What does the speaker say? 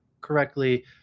correctly